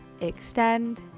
extend